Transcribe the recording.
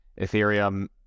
Ethereum